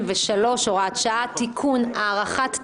(הוראת שעה לעניין מינוי נאמן הארכת תוקף),